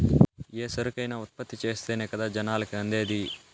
ఏ సరుకైనా ఉత్పత్తి చేస్తేనే కదా జనాలకి అందేది